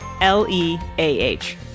L-E-A-H